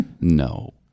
No